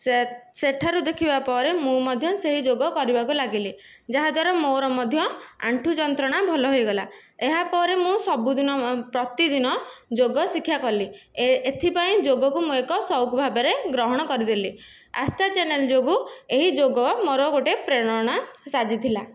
ସେସେଠାରୁ ଦେଖିବା ପରେ ମୁଁ ମଧ୍ୟ ସେହି ଯୋଗ କରିବାକୁ ଲାଗିଲି ଯାହାଦ୍ୱାରା ମୋର ମଧ୍ୟ ଆଣ୍ଠୁ ଯନ୍ତ୍ରଣା ଭଲ ହୋଇଗଲା ଏହା ପରେ ମୁଁ ସବୁଦିନ ପ୍ରତିଦିନ ଯୋଗ ଶିକ୍ଷା କଲି ଏ ଏଥିପାଇଁ ଯୋଗକୁ ମୁଁ ଏକ ସଉକୁ ଭାବରେ ଗ୍ରହଣ କରିଦେଲି ଆସ୍ଥା ଚ୍ୟାନେଲ ଯୋଗୁଁ ଏହି ଯୋଗ ମୋର ଗୋଟିଏ ପ୍ରେରଣା ସାଜିଥିଲା